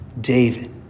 David